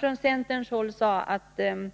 Från centerns håll sade man att